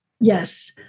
Yes